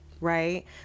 Right